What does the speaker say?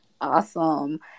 Awesome